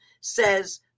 says